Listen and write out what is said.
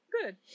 Good